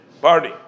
party